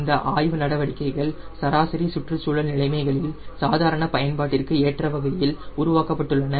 இந்த ஆய்வு நடவடிக்கைகள் சராசரி சுற்றுச்சூழல் நிலைமைகளில் சாதாரண பயன்பாட்டிற்கு ஏற்ற வகையில் உருவாக்கப்பட்டுள்ளன